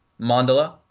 mandala